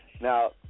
Now